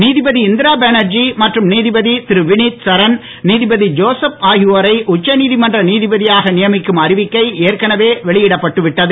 நீதிபதி இந்திரா பேனர்தி மற்றும் நீதிபதி திரு வினித் சரண் நீதபதி ஜோசப் ஆகியோரை உச்சநீதிமன்ற நீதிபதியாக நியமிக்கும் அறிவிக்கை ஏற்கனவே வெளியிடப்பட்டு விட்டது